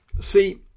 see